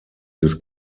des